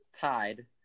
tied